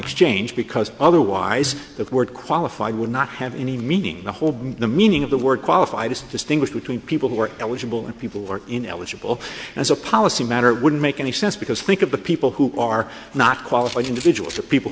exchange because otherwise the word qualified would not have any meaning the whole meaning of the word qualified as distinguished between people who are eligible and people were ineligible as a policy matter wouldn't make any sense because think of the people who are not qualified individuals the people